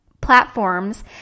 platforms